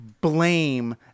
blame